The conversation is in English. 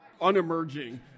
unemerging